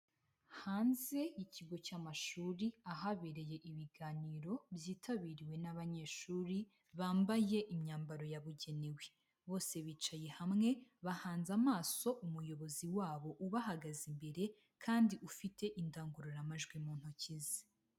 Hanze y'ikigo cy'amashuri, ahabereye ibiganiro byitabiriwe n'abanyeshuri bambaye imyambaro yabugenewe, bose bicaye hamwe bahanze amaso umuyobozi wabo ubahagaze imbere, kandi ufite indangururamajwi mu ntoki ze.